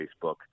Facebook